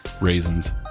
raisins